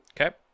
Okay